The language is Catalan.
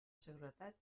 seguretat